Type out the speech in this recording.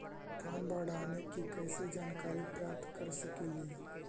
तूफान, बाढ़ आने की कैसे जानकारी प्राप्त कर सकेली?